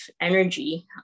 energy